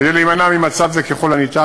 כדי להימנע ממצב זה ככל האפשר,